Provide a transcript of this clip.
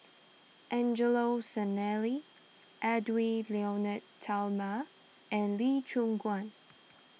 Angelo Sanelli Edwy Lyonet Talma and Lee Choon Guan